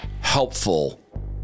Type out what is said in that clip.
helpful